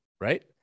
right